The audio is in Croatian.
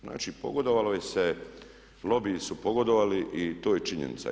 Znači, pogodovalo se, lobiji su pogodovali i to je činjenica.